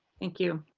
thank you.